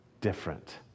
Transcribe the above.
different